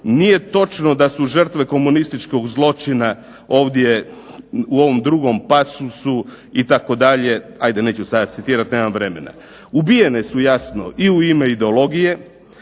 nije točno da su žrtve komunističkog zločina ovdje u ovom drugom pasusu itd., ajde neću sada citirati